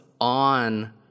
on